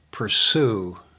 pursue